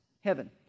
heaven